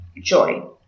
joy